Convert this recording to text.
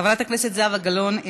חברת הכנסת זהבה גלאון,